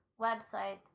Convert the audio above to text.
website